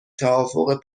توافق